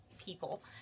people